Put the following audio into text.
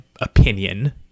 opinion